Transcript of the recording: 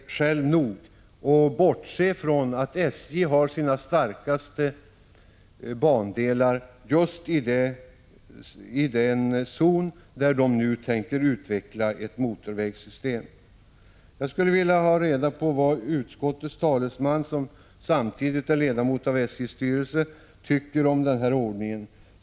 1985/86:142 och bortse från att SJ har sina starkaste bandelar just i den zon där 15 maj 1986 vägtrafikintressena nu tänker utveckla ett motorvägssystem. Jag skulle vilja ha reda på vad utskottets talesman, som samtidigt är ledamot av SJ:s styrelse, tycker om den här ordningen.